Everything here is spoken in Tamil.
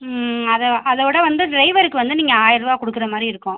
ம் அது அதோடு வந்து டிரைவருக்கு வந்து நீங்கள் ஆயிரம் ரூபாய் கொடுக்குற மாதிரி இருக்கும்